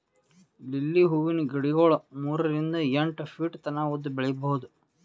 lily ಹೂವಿನ ಗಿಡಗೊಳ್ ಮೂರಿಂದ್ ಎಂಟ್ ಫೀಟ್ ತನ ಉದ್ದ್ ಬೆಳಿಬಹುದ್